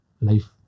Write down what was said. life